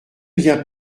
vient